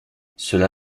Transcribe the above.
cela